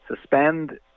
suspend